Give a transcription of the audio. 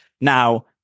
Now